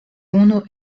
unu